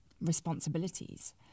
responsibilities